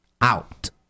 out